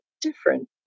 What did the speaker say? different